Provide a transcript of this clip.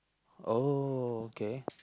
uh oh okay